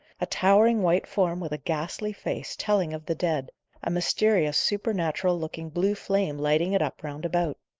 a towering white form, with a ghastly face, telling of the dead a mysterious, supernatural-looking blue flame lighting it up round about.